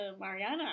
Mariana